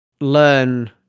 learn